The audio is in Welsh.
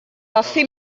hoffi